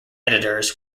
editors